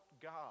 God